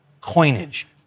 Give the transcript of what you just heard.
coinage